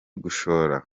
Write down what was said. gushora